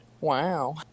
Wow